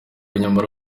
nyamara